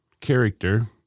character